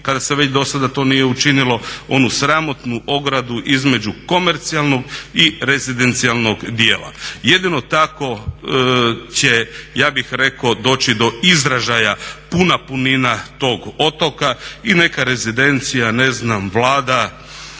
kada se već do sada to nije učinilo onu sramotnu ogradu između komercijalnog i rezidencijalnog dijela. Jedino tako će, ja bih rekao doći do izražaja puna punina tog otoka. I neka rezidencija, ne znam Vlada,